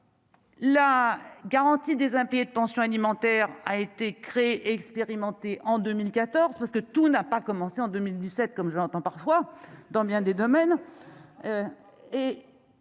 La garantie des impayés de pensions alimentaires a été créé, expérimenté en 2014, parce que tout n'a pas commencé en 2017 comme j'entends parfois dans bien des domaines